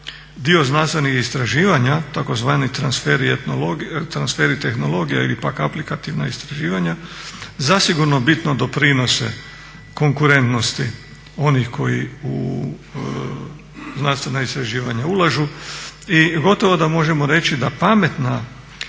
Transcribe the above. Dio znanstvenih istraživanja tzv. transferi tehnologija ili pa aplikativna istraživanja zasigurno bitno doprinose konkurentnosti onih koji u znanstvena istraživanja ulažu i gotovo da možemo reći da pametna